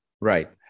Right